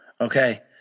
okay